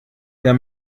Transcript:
der